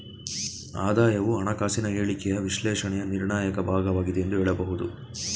ಆದಾಯವು ಹಣಕಾಸಿನ ಹೇಳಿಕೆಯ ವಿಶ್ಲೇಷಣೆಯ ನಿರ್ಣಾಯಕ ಭಾಗವಾಗಿದೆ ಎಂದು ಹೇಳಬಹುದು